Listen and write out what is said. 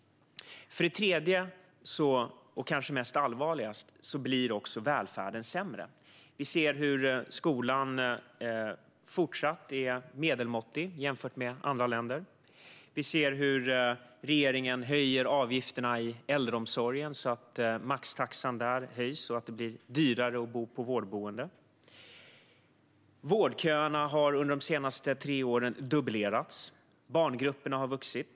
Det tredje och kanske allvarligaste skälet är att välfärden blir sämre. Skolan är fortsatt medelmåttig jämfört med andra länder. Regeringen höjer avgifterna i äldreomsorgen, så att maxtaxan höjs och det blir dyrare att bo på vårdboende. Vårdköerna har under de senaste tre åren dubblerats. Barngrupperna har vuxit.